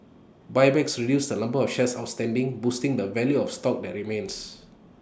buybacks reduce the number of shares outstanding boosting the value of stock that remains